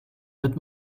wird